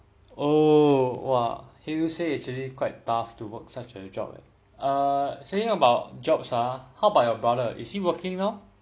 oh !wah! hear you say actually quite tough to work such a job leh err saying about jobs ah how about your brother is he working now